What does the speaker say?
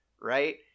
right